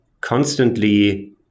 constantly